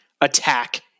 attack